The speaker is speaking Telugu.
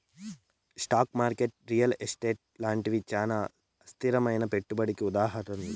స్టాకు మార్కెట్ రియల్ ఎస్టేటు లాంటివి చానా అస్థిరమైనా పెట్టుబడికి ఉదాహరణలు